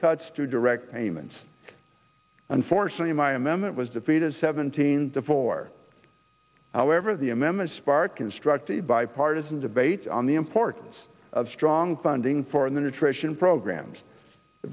cuts to direct payments unfortunately my amendment was defeated seventeen to four however the m m inspired constructed bipartisan debate on the importance of strong funding for the nutrition programs